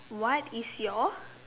what is your